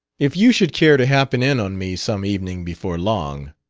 if you should care to happen in on me some evening before long.